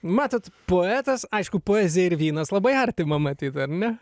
matot poetas aišku poezija ir vynas labai artima matyt ar ne